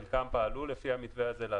חלקם פעלו לפי המתווה הזה.